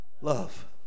love